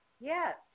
Yes